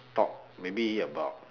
talk maybe about